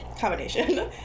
combination